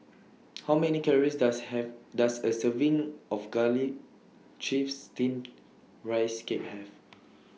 How Many Calories Does Have Does A Serving of Garlic Chives Steamed Rice Cake Have